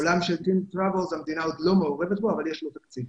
בעולם של טין טראוולס המדינה עוד לא מעורבת אבל יש לו תקציב.